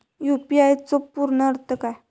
UPI चो पूर्ण अर्थ काय?